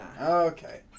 Okay